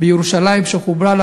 בירושלים שחוברה לה,